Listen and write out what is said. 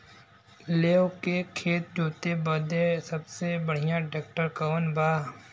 लेव के खेत जोते बदे सबसे बढ़ियां ट्रैक्टर कवन बा?